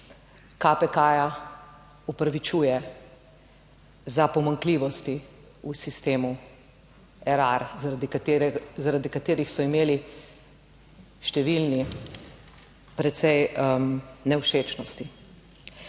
KPK opravičuje za pomanjkljivosti v sistemu Erar, zaradi, zaradi katerih so imeli številni precej nevšečnosti.